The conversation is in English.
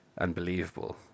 unbelievable